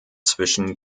zwischen